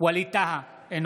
ווליד טאהא,